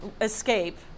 escape